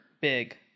big